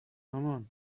مامان